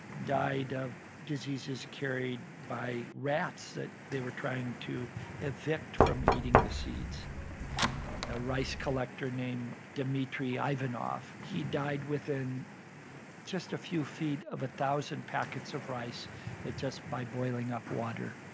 died of diseases carried by rats that they were trying to evict from eating the seeds a rice collector named dmitri ivanov, he died within just a few feet of a thousand packets of rice that just by boiling up water,